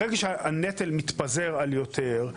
ברגע שהנטל מתפזר על יותר,